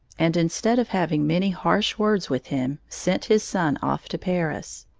and instead of having many harsh words with him, sent his son off to paris.